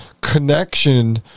connection